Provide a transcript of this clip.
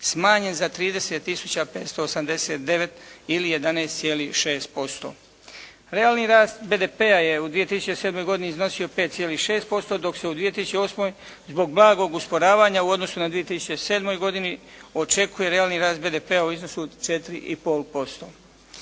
smanjen za 30 tisuća 589 ili 11,6%. Realni rast BDP-a je u 2007. godini iznosio 5,6%, dok se u 2008. zbog blagog usporavanja u odnosu na 2007. godini očekuje realni rast BDP-a u iznosu od 4,5%.